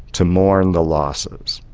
to mourn the losses.